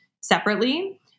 separately